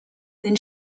then